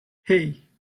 hey